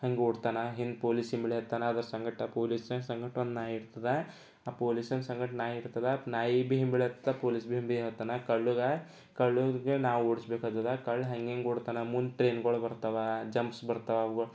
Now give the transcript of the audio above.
ಹಾಗೆ ಓಡ್ತಾನೆ ಹಿಂದೆ ಪೋಲೀಸ್ ಹಿಂಬಳಿ ಇರ್ತಾನೆ ಅದರ ಸಂಗಡ ಪೊಲೀಸರ ಸಂಗಡ ಒಂದು ನಾಯಿ ಇರ್ತದೆ ಆ ಪೋಲೀಸರ ಸಂಗಡ ನಾಯಿ ಇರ್ತದೆ ನಾಯಿ ಬಿ ಹಿಂಬಳಿಯತ್ತ ಪೋಲೀಸ್ ಬಿ ಹಿಂಬೆಯತ್ತನ ಕಳ್ಳಗೆ ಕಳ್ಳಗೆ ನಾವು ಓಡಿಸ್ಬೇಕಾಗ್ತದೆ ಕಳ್ಳ ಹೇಗೇಗೆ ಓಡ್ತಾನೆ ಮುಂದೆ ಟ್ರೇನ್ಗಳು ಬರ್ತವೆ ಜಂಪ್ಸ್ ಬರ್ತವೆ